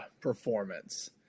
performance